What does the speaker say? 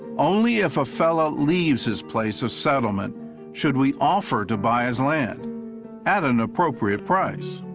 only if a fellow leaves his place of settlement should we offer to buy his land at an appropriate price.